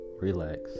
relax